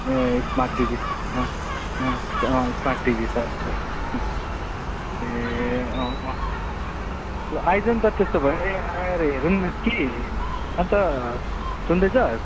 ए smart TV अँ अँ अँ स्मार्ट टिभी ए अँ अँ आइज न त त्यसो भए आएर हेरौँ न कि अन्त सुन्दैछस्